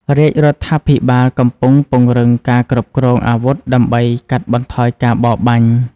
រាជរដ្ឋាភិបាលកំពុងពង្រឹងការគ្រប់គ្រងអាវុធដើម្បីកាត់បន្ថយការបរបាញ់។